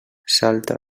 salta